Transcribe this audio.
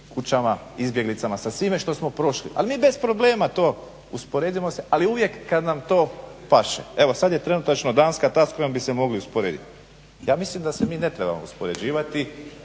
kućama, izbjeglicama, sa svime što smo prošli. Ali mi bez problema to uspoređujemo se ali uvijek kad nam to paše. Evo sad je trenutačno Danska ta s kojom bi se mogli usporediti. Ja mislim da se mi ne trebamo uspoređivati,